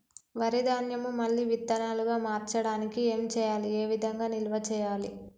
వరి ధాన్యము మళ్ళీ విత్తనాలు గా మార్చడానికి ఏం చేయాలి ఏ విధంగా నిల్వ చేయాలి?